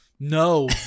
no